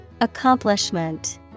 Accomplishment